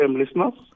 listeners